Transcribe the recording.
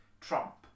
Trump